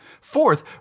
Fourth